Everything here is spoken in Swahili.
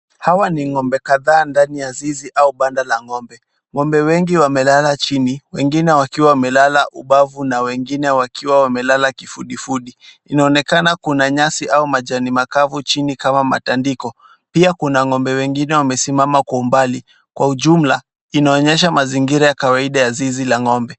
Hawa ni ng'ombe kadhaa ndani ya zizi au banda la ng'ombe. Ng'ombe wengi wamelala chini wengine wakiwa wamelala ubavu na wengine wakiwa wamelala kifudifudi . Inaonekana kuna nyasi au majani makavu chini kama matandiko. Pia kuna ng'ombe wengine wamesimama kwa umbali. Kwa ujumla, inaonyesha mazingira ya kawaida ya zizi la ng'ombe.